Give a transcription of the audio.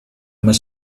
must